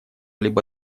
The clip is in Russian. либо